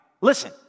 listen